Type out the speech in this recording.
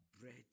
bread